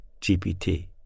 GPT